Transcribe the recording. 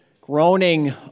groaning